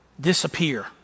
disappear